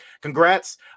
congrats